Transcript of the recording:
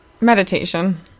Meditation